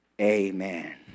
Amen